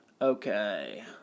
Okay